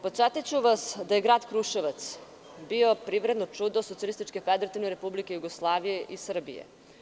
Podsetiću vas da je grad Kruševac bio privredno čudo Socijalističke Federativne Republike Jugoslavije i Srbije.